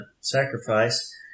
sacrifice